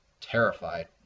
terrified